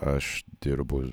aš dirbu